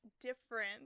different